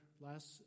last